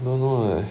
don't know leh